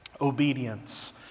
Obedience